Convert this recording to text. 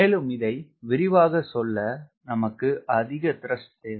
மேலும் இதை விரிவாக சொல்ல நமக்கு அதிக த்ரஸ்ட் தேவை